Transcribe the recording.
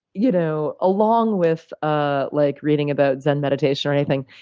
you know along with ah like reading about zen meditation or anything,